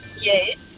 Yes